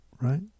right